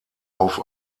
auf